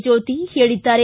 ಜ್ಯೋತಿ ಹೇಳಿದ್ದಾರೆ